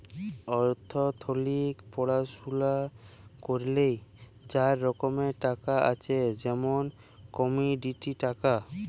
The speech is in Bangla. অথ্থলিতিক পড়াশুলা ক্যইরলে চার রকম টাকা আছে যেমল কমডিটি টাকা